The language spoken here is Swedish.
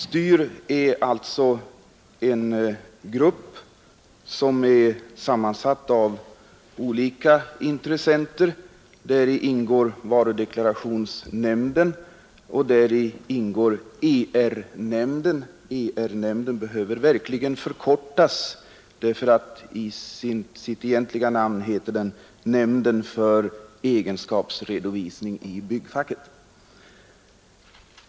STYR är alltså en grupp som är sammansatt av olika intressenter. Däri ingår varudeklarationsnämnden och ER-nämnden. ER-nämnden behöver verkligen förkortas, för egentligen heter den Nämnden för egenskapsredovisning inom byggfacket.